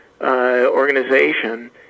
organization